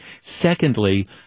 Secondly